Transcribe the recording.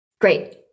Great